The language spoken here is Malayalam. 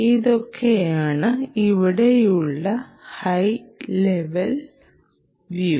ഇതൊക്കെയാണ് ഇവയെക്കുറിച്ചുള്ള ഹൈ ലെവൽ വ്യൂ